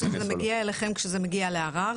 ואתה מתכוון שזה מגיע אליכם כשזה מגיע לערר,